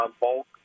bulk